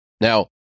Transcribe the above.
Now